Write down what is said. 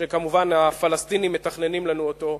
שכמובן הפלסטינים מתכננים לנו אותו,